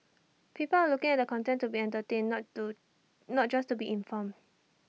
people are looking at the content to be entertained not to not just to be informed